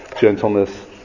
gentleness